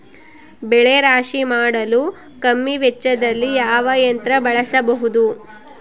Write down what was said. ಬೆಳೆ ರಾಶಿ ಮಾಡಲು ಕಮ್ಮಿ ವೆಚ್ಚದಲ್ಲಿ ಯಾವ ಯಂತ್ರ ಬಳಸಬಹುದು?